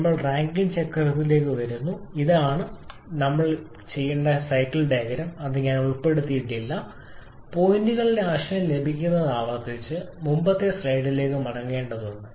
ഞങ്ങൾ റാങ്കൈൻ ചക്രത്തിലേക്ക് വരുന്നു ഞാൻ ചെയ്യേണ്ട സൈക്കിൾ ഡയഗ്രം ഞാൻ ഇവിടെ ഉൾപ്പെടുത്തിയിട്ടില്ല പോയിന്റുകളുടെ ആശയം ലഭിക്കുന്നതിന് ആവർത്തിച്ച് മുമ്പത്തെ സ്ലൈഡിലേക്ക് മടങ്ങേണ്ടതുണ്ട്